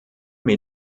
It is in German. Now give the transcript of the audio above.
mir